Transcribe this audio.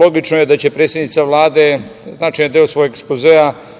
Logično je da će predsednica Vlade značajan deo svog ekspozea